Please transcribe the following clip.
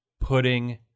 putting